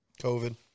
COVID